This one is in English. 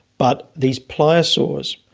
but these pliosaurs.